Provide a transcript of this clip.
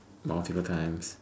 multiple times